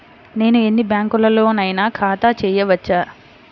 నేను ఎన్ని బ్యాంకులలోనైనా ఖాతా చేయవచ్చా?